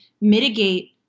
mitigate